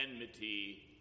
enmity